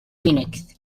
phoenix